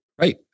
Right